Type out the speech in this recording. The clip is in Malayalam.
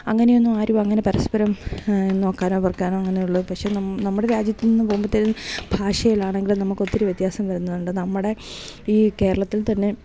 അങ്ങനെയൊന്നും ആരും അങ്ങനെ പരസ്പരം നോക്കാനോ അങ്ങനെയുള്ളൂ പക്ഷെ നമ്മുടെ രാജ്യത്ത് നിന്ന് പോകുമ്പോഴത്തേക്കും ഭാഷയിലാണെങ്കിലും നമുക്ക ഒത്തിരി വ്യത്യാസം വരുന്നുണ്ട് നമ്മുടെ ഈ കേരളത്തിൽ തന്നെ